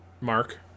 Mark